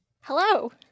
Hello